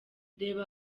reba